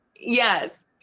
Yes